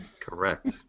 Correct